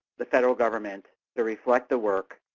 the federal government to reflect the work,